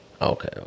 okay